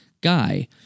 guy